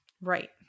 right